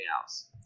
else